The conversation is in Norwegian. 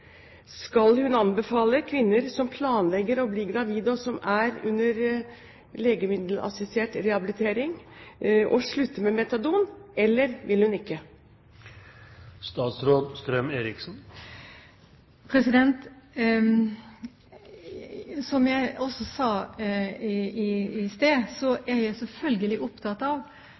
hun anbefale kvinner som planlegger å bli gravide, og som er under legemiddelassistert rehabilitering, å slutte med metadon, eller vil hun ikke? Som jeg også sa i sted, er jeg selvfølgelig opptatt av